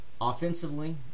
Offensively